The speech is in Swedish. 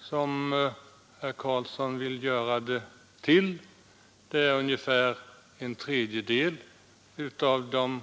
som herr Karlsson i Huskvarna uttryckte det om jag minns rätt. Ungefär en tredjedel av de